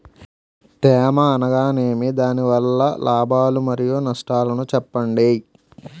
తేమ అనగానేమి? దాని వల్ల లాభాలు మరియు నష్టాలను చెప్పండి?